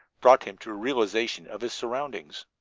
brought him to a realization of his surroundings.